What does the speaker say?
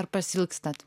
ar pasiilgstat